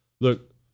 Look